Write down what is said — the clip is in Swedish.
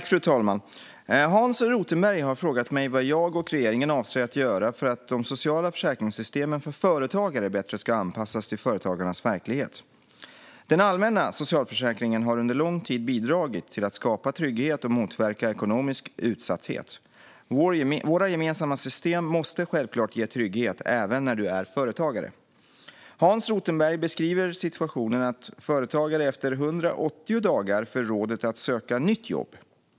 Fru talman! Hans Rothenberg har frågat mig vad jag och regeringen avser att göra för att de sociala försäkringssystemen för företagare bättre ska anpassas till företagarnas verklighet. Den allmänna socialförsäkringen har under lång tid bidragit till att skapa trygghet och motverka ekonomisk utsatthet. Våra gemensamma system måste självklart ge trygghet även när du är företagare. Hans Rothenberg beskriver situationen att företagare efter 180 dagar får rådet att söka nytt jobb.